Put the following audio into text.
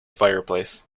fireplace